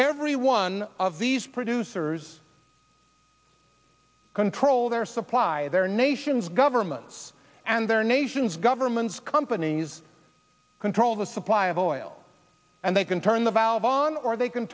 every one of these producers control their supply their nations governments and their nations governments companies control the supply of oil and they can turn the valve on or they can